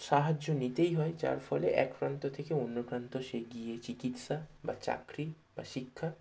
সাহায্য নিতেই হয় যার ফলে এক প্রান্ত থেকে অন্য প্রান্ত সে গিয়ে চিকিৎসা বা চাকরি বা শিক্ষা